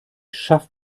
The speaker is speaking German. schafft